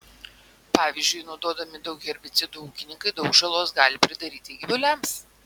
pavyzdžiui naudodami daug herbicidų ūkininkai daug žalos gali pridaryti gyvuliams